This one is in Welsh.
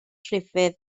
ruffydd